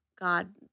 God